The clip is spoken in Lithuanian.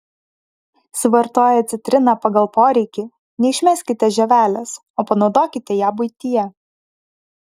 suvartoję citriną pagal poreikį neišmeskite žievelės o panaudokite ją buityje